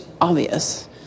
obvious